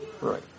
Right